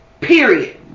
Period